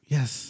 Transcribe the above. Yes